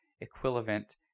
equivalent